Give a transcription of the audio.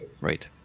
right